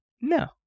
no